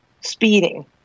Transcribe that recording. speeding